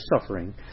suffering